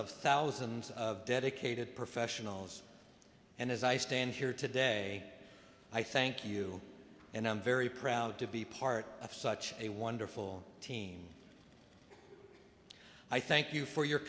of thousands of dedicated professionals and as i stand here today i thank you and i'm very proud to be part of such a wonderful team i thank you for your